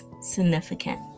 significant